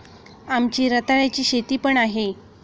आमची रताळ्याची शेती पण आहे